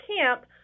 camp